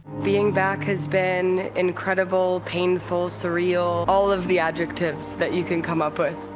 being back has been incredible, painful, surreal, all of the adjectives that you can come up with,